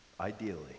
ideally